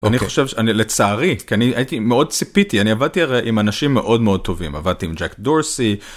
אני חושב שאני לצערי כי אני הייתי מאוד ציפיתי אני עבדתי הרי עם אנשים מאוד מאוד טובים עבדתי עם ג'ק דורסי.